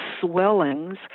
swellings